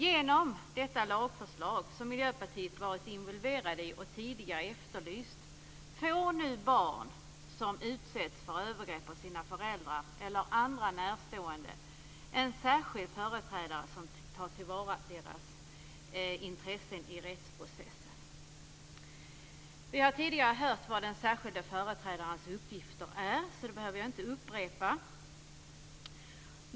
Genom detta lagförslag, som Miljöpartiet varit involverat i och tidigare efterlyst, får nu barn som utsätts för övergrepp av sina föräldrar eller av andra närstående en särskild företrädare som tar till vara deras intressen i rättsprocessen. Vi har tidigare hört vad den särskilda företrädarens uppgifter är, så det behöver jag inte upprepa.